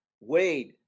Wade